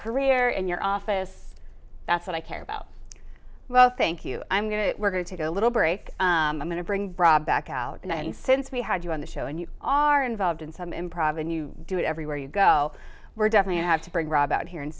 career in your office that's what i care about well thank you i'm going to we're going to take a little break i'm going to bring brought back out and since we had you on the show and you are involved in some improv and you do it everywhere you go we're definitely have to bring rob out here and